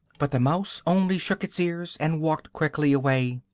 but the mouse only shook its ears, and walked quickly away,